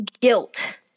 guilt